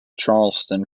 charleston